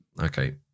Okay